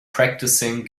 practicing